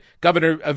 Governor